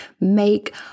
make